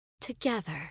together